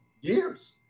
years